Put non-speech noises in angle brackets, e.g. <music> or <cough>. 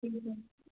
<unintelligible>